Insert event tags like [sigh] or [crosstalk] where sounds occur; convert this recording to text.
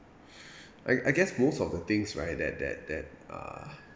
[breath] I I guess most of the things right that that that uh